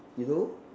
you know